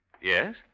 Yes